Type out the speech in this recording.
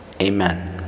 Amen